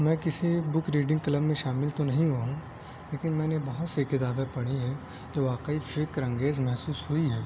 میں کسی book reading club میں شامل تو نہیں ہوا ہوں لیکن میں نے بہت سی کتابیں پڑھی ہیں جو واقعی فکر انگیز محسوس ہوئی ہیں